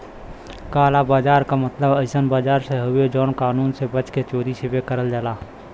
काला बाजार क मतलब अइसन बाजार से हउवे जौन कानून से बच के चोरी छिपे करल जाला